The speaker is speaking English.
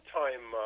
time